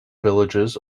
villages